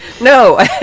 No